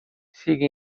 siga